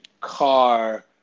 car